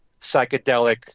psychedelic